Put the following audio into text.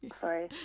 Sorry